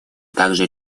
также